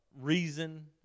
reason